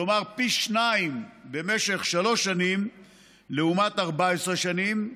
כלומר פי שניים במשך שלוש שנים לעומת 14 שנים.